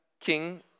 King